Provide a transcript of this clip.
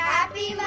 Happy